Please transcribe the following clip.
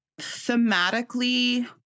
thematically